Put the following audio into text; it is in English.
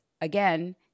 again